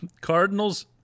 Cardinals